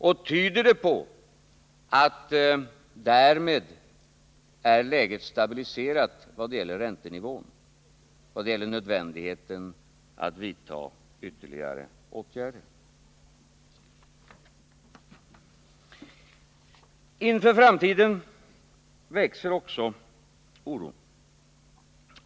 Och tyder det på att läget är stabiliserat vad gäller räntenivån och nödvändigheten av att vidta ytterligare åtgärder? Inför framtiden växer också oron.